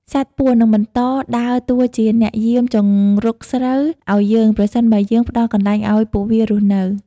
សត្វពស់នឹងបន្តដើរតួជាអ្នកយាមជង្រុកស្រូវឱ្យយើង ប្រសិនបើយើងផ្តល់កន្លែងឱ្យពួកវារស់នៅ។